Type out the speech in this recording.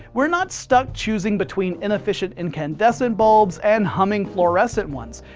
we're not stuck choosing between inefficient incandescent bulbs and humming fluorescent ones.